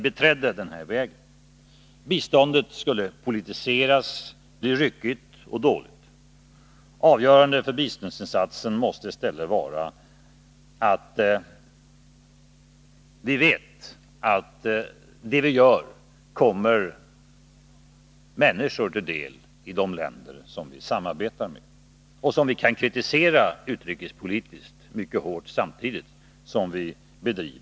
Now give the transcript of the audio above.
Biståndet skulle politiseras, bli ryckigt och dåligt. Avgörande för biståndsinsatserna måste i stället vara att vi vet att det vi gör kommer människor till del i de länder som vi samarbetar med. Vi måste kunna ha biståndssamarbete också med länder som vi utrikespolitiskt kritiserar mycket hårt.